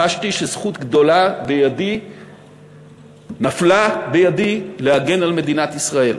חשתי שזכות גדולה נפלה בידי להגן על מדינת ישראל.